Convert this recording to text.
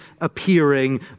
appearing